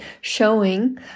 showing